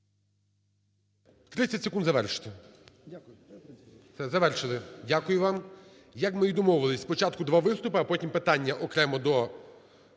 Все, завершили. Дякую вам. Як ми і домовились, спочатку два виступи, а потім питання окремо до